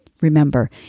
Remember